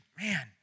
man